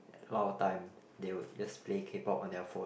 a lot of time they would just play K-Pop on their phone